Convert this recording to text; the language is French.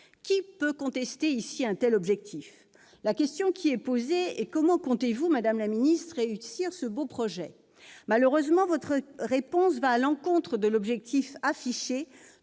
Qui peut contester ici un tel objectif ? La question est la suivante : comment comptez-vous, madame la ministre, réussir ce beau projet ? Malheureusement, votre réponse va à l'encontre de l'objectif affiché,